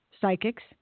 psychics